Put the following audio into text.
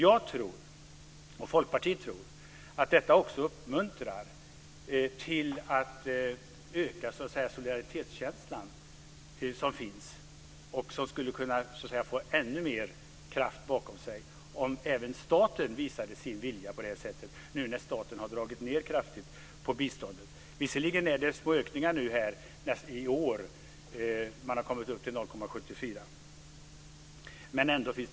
Jag tror - och Folkpartiet tror - att nu när staten har dragit ned kraftigt på biståndet att om staten visade sin vilja skulle detta också uppmuntra till att ge mer kraft åt solidaritetskänslan. Visserligen sker små ökningar i år. Man har kommit upp till 0,74 % av BNI.